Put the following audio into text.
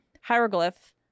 hieroglyph